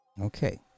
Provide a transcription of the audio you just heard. Okay